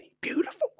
beautiful